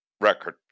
record